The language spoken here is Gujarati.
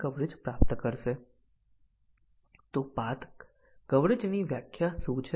બીજી બાજુ બેઝીક કન્ડીશન કવરેજ ખૂબ નબળી ટેસ્ટીંગ છે